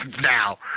now